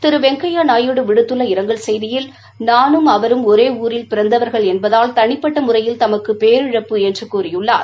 திரு வெங்கையா நாயுடு விடுத்துள்ள இரங்கல் செய்தியில் நானும் அவரும் ஒரே ஊரில் பிறந்தவர்கள் என்பதால் தனிப்பட்ட முறையில் தமக்கு பேரிழப்பு என்று கூறியுள்ளார்